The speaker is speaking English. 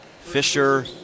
Fisher